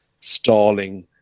stalling